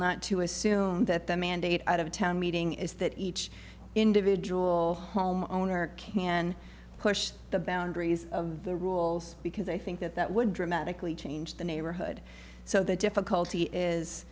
not to assume that the mandate out of a town meeting is that each individual home owner can push the boundaries of the rules because i think that that would dramatically change the neighborhood so the difficulty is